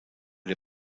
der